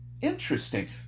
Interesting